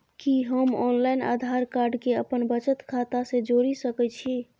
कि हम online Aadhaar card के अपन बचत खाता से जोरि सकै छी?